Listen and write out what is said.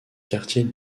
quartier